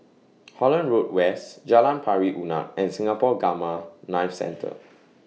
Holland Road West Jalan Pari Unak and Singapore Gamma Knife Centre